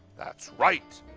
that's right.